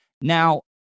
Now